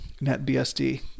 NetBSD